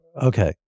Okay